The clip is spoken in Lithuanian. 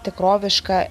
tikroviška t